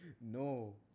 no